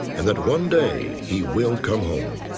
and that one day he will come home.